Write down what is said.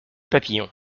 papillon